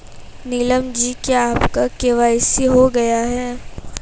नीलम ji KYC आपका के.वाई.सी हो गया है?